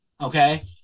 okay